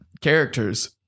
characters